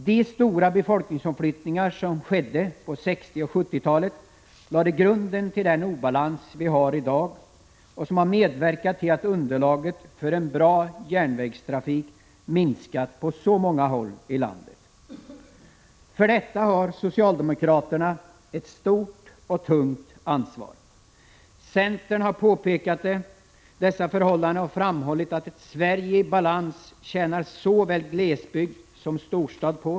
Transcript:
De stora befolkningsomflyttningar som skedde på 1960 och 1970-talen lade grunden till den obalans vi har i dag och har medverkat till att underlaget för en bra järnvägstrafik minskat på så många håll i landet. För detta har socialdemokraterna ett stort och tungt ansvar. Centern har påpekat dessa förhållanden och framhållit att ett Sverige i balans tjänar såväl glesbygd som storstad på.